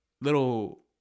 little